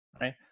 right